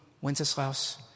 Wenceslaus